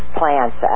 plants